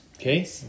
Okay